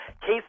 Case